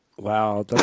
Wow